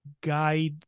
guide